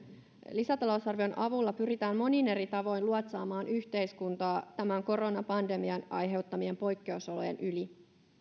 lisätalousarvion avulla pyritään monin eri tavoin luotsaamaan yhteiskuntaa tämän koronapandemian aiheuttamien poikkeusolojen yli